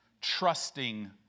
trusting